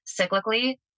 cyclically